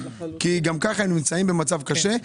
כי גם ככה הם נמצאים במצב קשה.